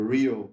Rio